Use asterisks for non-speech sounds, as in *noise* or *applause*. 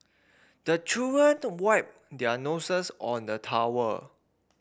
the children *unintelligible* wipe their noses on the towel